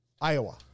Iowa